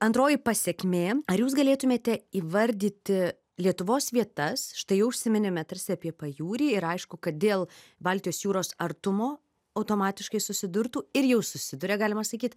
antroji pasekmė ar jūs galėtumėte įvardyti lietuvos vietas štai jau užsiminėme tarsi apie pajūrį ir aišku kad dėl baltijos jūros artumo automatiškai susidurtų ir jau susiduria galima sakyt